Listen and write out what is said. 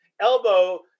elbow